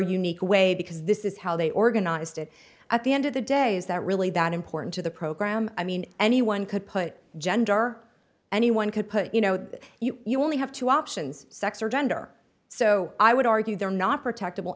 unique way because this is how they organized it at the end of the day is that really that important to the program i mean anyone could put gender anyone could put you know that you only have two options sex or gender so i would argue they're not protect